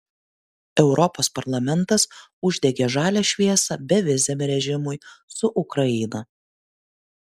europos parlamentas uždegė žalią šviesą beviziam režimui su ukraina